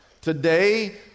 today